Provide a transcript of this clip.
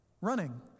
running